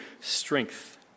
strength